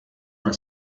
una